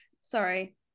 Sorry